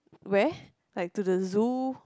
where like to the zoo